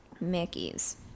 Mickey's